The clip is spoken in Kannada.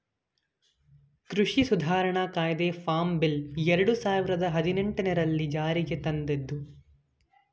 ಕೃಷಿ ಸುಧಾರಣಾ ಕಾಯ್ದೆ ಫಾರ್ಮ್ ಬಿಲ್ ಎರಡು ಸಾವಿರದ ಹದಿನೆಟನೆರಲ್ಲಿ ಜಾರಿಗೆ ತಂದಿದ್ದು